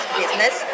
business